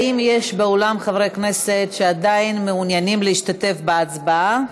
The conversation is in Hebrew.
האם יש באולם חברי כנסת שעדיין מעוניינים להשתתף בהצבעה?